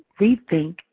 rethink